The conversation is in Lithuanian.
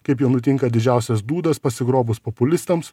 kaip jau nutinka didžiausias dūdas pasigrobus populistams